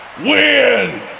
Win